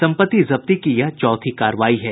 संपत्ति जब्ती की यह चौथी कार्रवाई है